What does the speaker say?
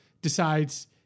decides